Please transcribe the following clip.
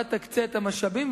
אתה תקצה את המשאבים,